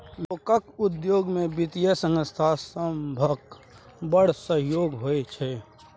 लोकक उद्योग मे बित्तीय संस्था सभक बड़ सहयोग होइ छै